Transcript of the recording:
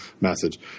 message